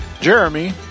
Jeremy